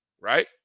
Right